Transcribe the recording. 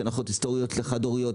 יש הנחות היסטוריות לחד הוריות,